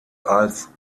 als